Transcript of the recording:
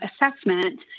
assessment